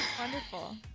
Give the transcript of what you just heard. wonderful